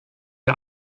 der